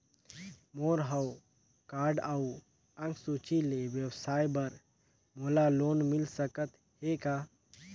मोर हव कारड अउ अंक सूची ले व्यवसाय बर मोला लोन मिल सकत हे का?